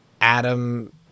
Adam